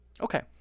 Okay